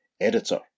Editor